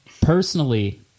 personally